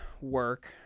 work